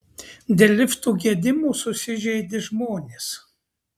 dėl liftų gedimų susižeidė žmonės